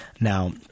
Now